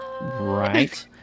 Right